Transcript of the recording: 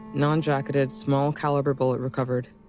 non-jacketed, small caliber bullet recovered.